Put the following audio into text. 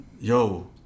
Yo